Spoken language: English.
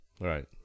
Right